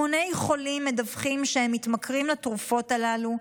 המוני חולים מדווחים שהם מתמכרים לתרופות הללו,